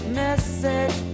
message